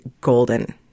golden